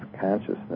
consciousness